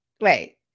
wait